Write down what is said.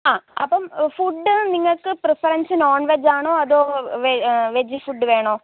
ആ അപ്പം ഫുഡ് നിങ്ങൾക്ക് പ്രിഫറന്സ് നോണ് വെജ്ജ് ആണോ അതോ വെജ്ജ് ഫുഡ് വേണോ